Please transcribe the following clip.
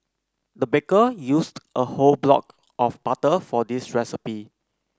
the baker used a whole block of butter for this recipe